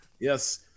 yes